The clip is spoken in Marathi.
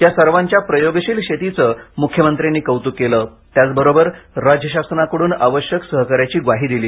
या सर्वांच्या प्रयोगशील शेतीचं मुख्यमंत्र्यांनी कौतुक केल त्याचबरोबर राज्य शासनाकडून आवश्यक सहकार्याची ग्वाही दिली